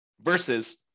Versus